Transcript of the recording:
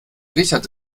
richard